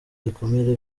ibikomere